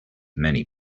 many